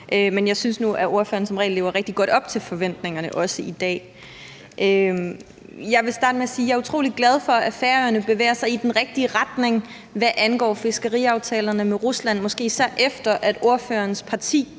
men jeg synes nu, at ordføreren som regel lever rigtig godt op til forventningerne – også i dag. Jeg vil starte med at sige, at jeg er utrolig glad for, at Færøerne bevæger sig i den rigtige retning, hvad angår fiskeriaftalerne med Rusland, måske især efter at ordførerens parti